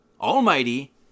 Almighty